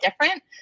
different